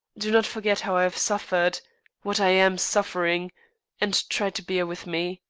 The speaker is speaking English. do not forget how i have suffered what i am suffering and try to bear with me.